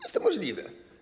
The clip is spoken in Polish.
Jest to możliwe.